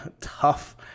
tough